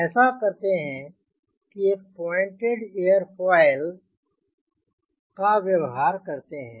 ऐसे करते हैं कि एक पॉइंटेड एयरोफॉयल का व्यवहार करते हैं